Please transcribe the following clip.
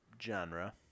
genre